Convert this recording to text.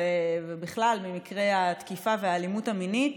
ובכלל ממקרי התקיפה והאלימות המינית,